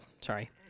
sorry